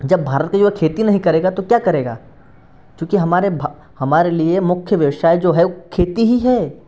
जब भारत का युवा खेती नहीं करेगा तो क्या करेगा क्योंकि हमारे भा हमारे लिए मुख्य व्यवसाय जो है वो खेती ही है